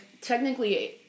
technically